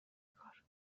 کار